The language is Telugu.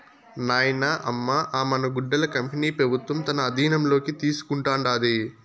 నాయనా, అమ్మ అ మన గుడ్డల కంపెనీ పెబుత్వం తన ఆధీనంలోకి తీసుకుంటాండాది